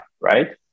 right